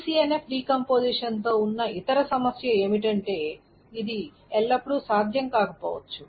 BCNF decomposition తో ఉన్న ఇతర సమస్య ఏమిటంటే ఇది ఎల్లప్పుడూ సాధ్యం కాకపోవచ్చు